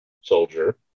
soldier